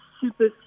super